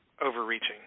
overreaching